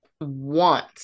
want